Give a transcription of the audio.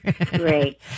Great